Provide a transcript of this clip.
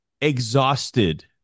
exhausted